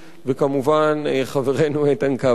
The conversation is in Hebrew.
וכמובן חברנו איתן כבל.